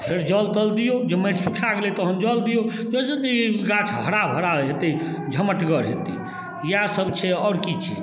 आओर फेर जल तल दिऔ जे माटि सुखा गेलै तहन जल तल दिऔ जाहिसँ ई गाछ हरा भरा हेतै झमटगर हेतै इएहसब छै आओर कि छै